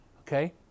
Okay